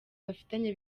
bafitanye